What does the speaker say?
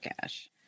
cash